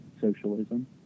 socialism